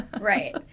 Right